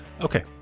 Okay